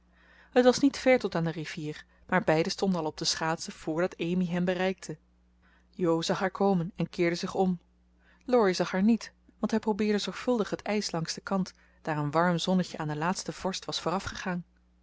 het was niet ver tot aan de rivier maar beiden stonden al op de schaatsen voordat amy hen bereikte jo zag haar komen en keerde zich om laurie zag haar niet want hij probeerde zorgvuldig het ijs langs den kant daar een warm zonnetje aan de laatste vorst was